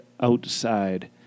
outside